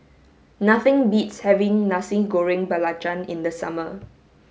nothing beats having Nasi Goreng Belacan in the summer